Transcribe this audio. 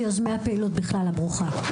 ובכלל, יוזמי הפעילות הברוכה.